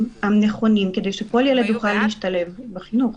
הנכונים כדי שכל ילד יוכל להשתלב בחינוך.